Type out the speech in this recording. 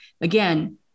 Again